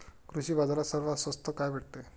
कृषी बाजारात सर्वात स्वस्त काय भेटते?